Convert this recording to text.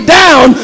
down